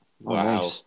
Wow